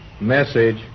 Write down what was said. Message